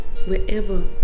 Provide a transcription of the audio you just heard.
wherever